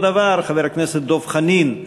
אותו דבר חבר הכנסת דב חנין,